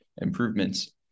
improvements